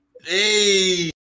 Hey